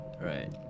Right